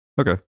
okay